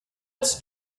its